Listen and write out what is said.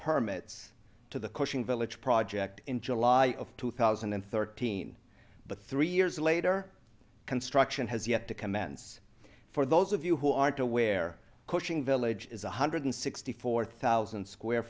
permits to the cushing village project in july of two thousand and thirteen but three years later construction has yet to commence for those of you who aren't aware cushing village is one hundred sixty four thousand square